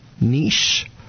niche